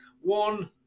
one